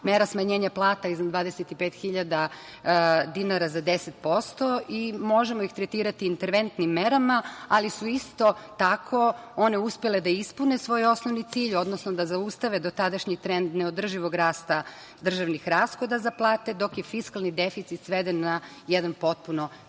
mera smanjenja plata iznad 25 hiljada dinara za 10%. Možemo ih tretirati interventnim merama, ali su isto tako one uspele da ispune svoj osnovni cilj, odnosno da zaustave dotadašnji trend neodrživog rasta državnih rashoda za plate, dok je fiskalni deficit sveden na jedan potpuno